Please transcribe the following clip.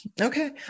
Okay